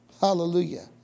Hallelujah